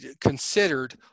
considered